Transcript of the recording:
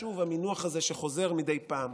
שוב, המינוח הזה שחוזר מדי פעם.